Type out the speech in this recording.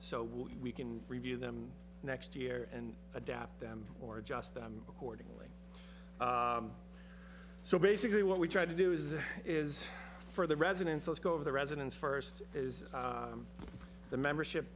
will we can review them next year and adapt them or adjust them accordingly so basically what we try to do is it is for the residents let's go over the residence first is the membership